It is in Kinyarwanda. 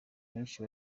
benshi